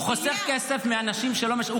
הוא חוסך כסף מאנשים שלא משרתים.